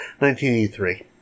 1983